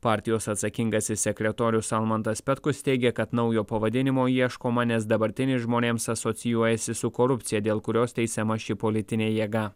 partijos atsakingasis sekretorius almantas petkus teigia kad naujo pavadinimo ieškoma nes dabartinis žmonėms asocijuojasi su korupcija dėl kurios teisiama ši politinė jėga